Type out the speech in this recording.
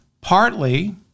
partly